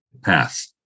Path